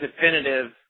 definitive